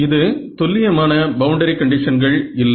இது துல்லியமான பவுண்டரி கண்டிஷன்கள் இல்லை